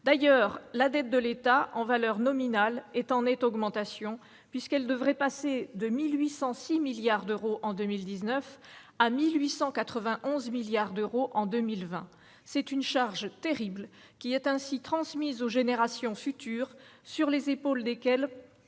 D'ailleurs, la dette de l'État, en valeur nominale, est en nette augmentation, puisqu'elle devrait passer de 1 806 milliards d'euros en 2019 à 1 891 milliards d'euros en 2020. C'est une charge terrible qui est ainsi transmise aux générations futures, sur les épaules desquelles